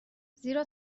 زیرا